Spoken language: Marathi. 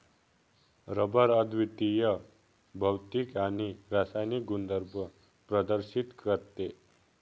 रबर अद्वितीय भौतिक आणि रासायनिक गुणधर्म प्रदर्शित करते